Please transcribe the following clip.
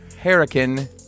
Hurricane